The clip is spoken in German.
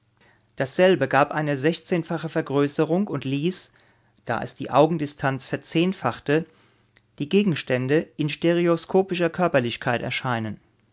dasselbe gab eine sechzehnfache vergrößerung und ließ da es die augendistanz verzehnfachte die gegenstände in stereoskopischer körperlichkeit erscheinen